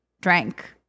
drank